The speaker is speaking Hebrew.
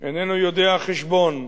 אינו יודע חשבון,